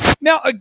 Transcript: Now